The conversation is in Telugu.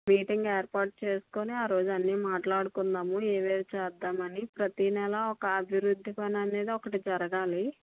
మీటింగ్ ఏర్పాటు చేసుకుని ఆరోజు అన్నీ మాట్లాడుకుందాము ఏమేమి చేద్దామని ప్రతినెలా ఒక అభివృద్ధి పని అనేది ఒకటి జరగాలి